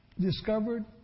discovered